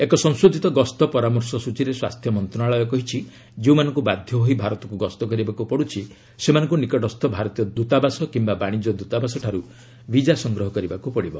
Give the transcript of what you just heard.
ଏକ ସଂଶୋଧିତ ଗସ୍ତ ପରାମର୍ଶ ସୂଚୀରେ ସ୍ୱାସ୍ଥ୍ୟ ମନ୍ତ୍ରଣାଳୟ କହିଛି ଯେଉଁମାନଙ୍କୁ ବାଧ୍ୟ ହୋଇ ଭାରତକୁ ଗସ୍ତ କରିବାକୁ ପଡୁଛି ସେମାନଙ୍କୁ ନିକଟସ୍ଥ ଭାରତୀୟ ଦୂତାବାସ କିମ୍ବା ବାଶିଜ୍ୟ ଦୂତାବାସଠାରୁ ବିଜା ସଂଗ୍ରହ କରିବାକୁ ପଡ଼ିବ